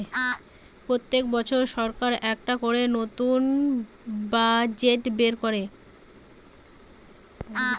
পোত্তেক বছর সরকার একটা করে নতুন বাজেট বের কোরে